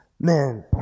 man